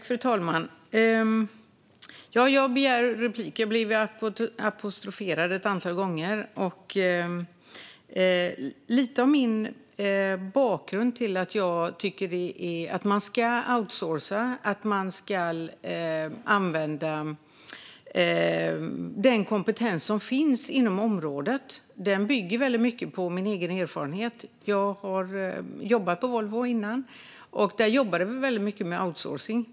Fru talman! Jag begärde replik, då jag blev apostroferad ett antal gånger. Bakgrunden till att jag tycker att man ska outscourca och använda den kompetens som finns inom området bygger väldigt mycket på min egen erfarenhet. Jag har jobbat på Volvo tidigare, och där jobbade vi väldigt mycket med outscourcing.